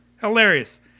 hilarious